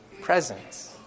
presence